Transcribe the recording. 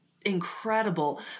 incredible